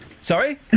Sorry